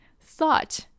thought